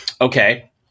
Okay